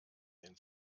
den